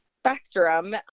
spectrum